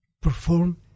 perform